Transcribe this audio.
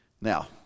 Now